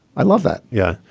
i love that. yeah.